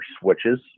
switches